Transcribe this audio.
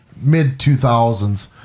mid-2000s